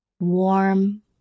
warm